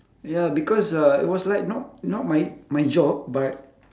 ya because uh it was like not not my my job but